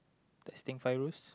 testing Fairuz